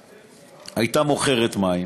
הייתה מוכרת מים,